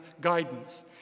guidance